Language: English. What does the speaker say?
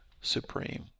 supreme